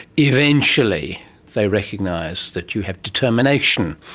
eventually they recognise that you have determination,